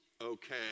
Okay